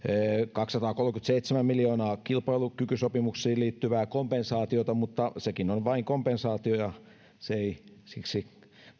kaksisataakolmekymmentäseitsemän miljoonaa kilpailukykysopimukseen liittyvää kompensaatiota mutta sekin on vain kompensaatio ja se ei siksi